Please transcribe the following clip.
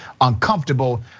uncomfortable